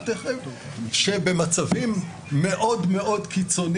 לא --- כפרה